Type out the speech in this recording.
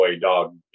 dog